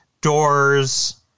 doors